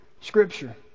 Scripture